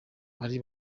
ari